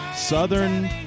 southern